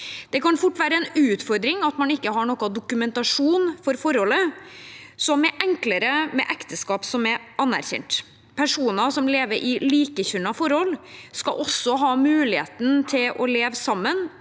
Det kan fort være en utfordring at man ikke har noen dokumentasjon for forholdet, noe som er enklere med ekteskap, som er anerkjent. Personer som lever i likekjønnede forhold, skal også ha muligheten til å leve sammen,